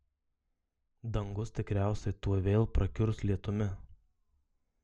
dangus tikriausiai tuoj vėl prakiurs lietumi